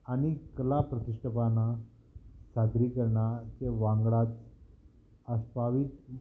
आनी कला प्रतिश्ठपानां साजरी करणाचे वांगडाच आस्पावीत